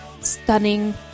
stunning